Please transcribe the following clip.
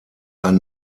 ein